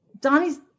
Donnie's